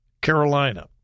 Carolina